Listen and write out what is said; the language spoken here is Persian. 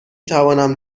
توانم